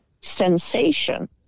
sensation